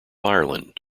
ireland